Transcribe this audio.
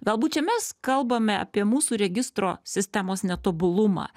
galbūt čia mes kalbame apie mūsų registro sistemos netobulumą